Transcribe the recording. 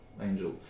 angel